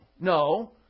No